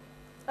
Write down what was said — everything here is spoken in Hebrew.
אבל זה לא,